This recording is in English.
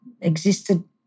existed